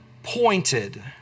pointed